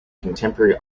contemporary